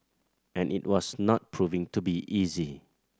and it was not proving to be easy